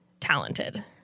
talented